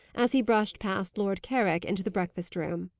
as he brushed past lord carrick into the breakfast-room.